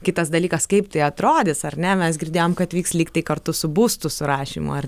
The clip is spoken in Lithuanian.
kitas dalykas kaip tai atrodys ar ne mes girdėjom kad vyks lyg tai kartu su būstų surašymu ar